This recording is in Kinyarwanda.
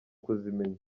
kuzimenya